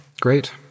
great